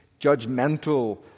judgmental